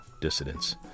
dissidents